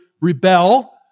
rebel